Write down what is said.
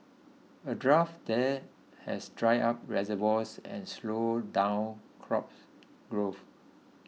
a drought there has dried up reservoirs and slowed down crop growth